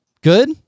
Good